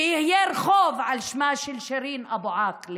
ויהיה רחוב על שמה של שירין אבו עאקלה